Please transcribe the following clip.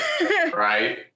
Right